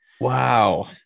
wow